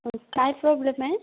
बरं काय प्रॉब्लेम आहे